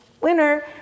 winner